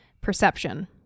perception